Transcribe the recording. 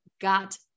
got